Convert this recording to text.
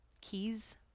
keys